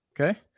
Okay